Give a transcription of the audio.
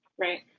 right